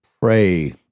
Pray